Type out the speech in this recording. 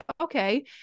okay